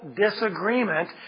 disagreement